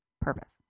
purpose